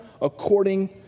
according